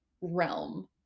realm